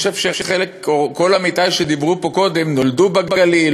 אני חושב שכל עמיתי שדיברו פה קודם נולדו בגליל.